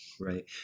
Right